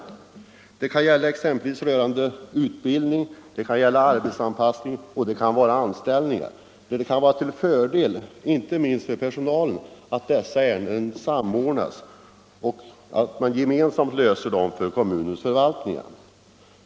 När det gäller ärenden rörande exempelvis utbildning eller arbetsanpassning och när det gäller anställningar kan det vara till fördel inte minst för personalen att de samordnas och löses gemensamt inom kommunens förvaltning.